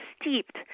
steeped